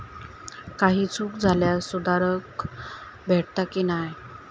काही चूक झाल्यास सुधारक भेटता की नाय?